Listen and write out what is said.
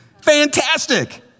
Fantastic